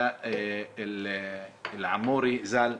נג'לא אלעמורי ז"ל.